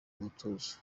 umutuzo